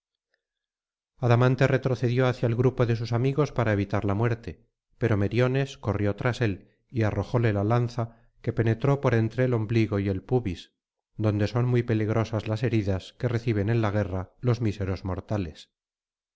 retrocedió hacia el grupo de sus amigos para evitar la muerte pero meriones corrió tras él y arrojóle la lanza que penetró por entre el ombligo y el pubis donde son muy peligrosas las heridas que reciben en la guerra los míseros mortales